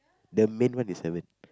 the main one is haven't